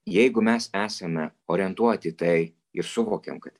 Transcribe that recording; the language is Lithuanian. jeigu mes esame orientuoti į tai ir suvokiam kad